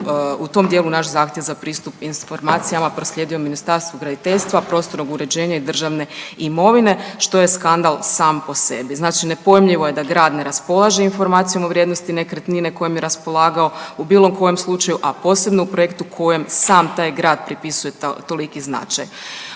u tom dijelu, naš zahtjev za pristup informacijama proslijedio Ministarstvu graditeljstva, prostornog uređenja i državne imovine, što je skandal sam po sebi. Znači nepojmljivo je da grad ne raspolaže informacijama o vrijednosti nekretnine kojim je raspolagao u bilo kojem slučaju, a posebno u projektu kojem sam taj grad pripisuje toliki značaj.